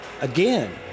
Again